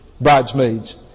bridesmaids